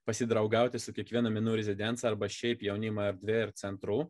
pasidraugauti su kiekviena menų rezidencija arba šiaip jaunimo erdve ir centru